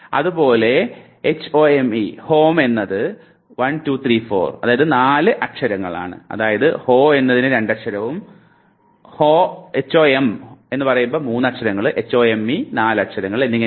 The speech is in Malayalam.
അതുപോലെ h o m e home എന്നത് 1 2 3 4 അക്ഷരങ്ങളാണ് അതായത് ho 2 അക്ഷരങ്ങൾ hom 3 അക്ഷരങ്ങൾ home 4 അക്ഷരങ്ങൾ എന്നിങ്ങനെ